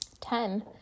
Ten